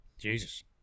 Jesus